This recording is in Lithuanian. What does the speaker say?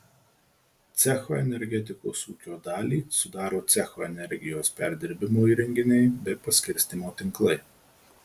cecho energetikos ūkio dalį sudaro cecho energijos perdirbimo įrenginiai bei paskirstymo tinklai